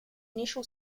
initial